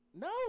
No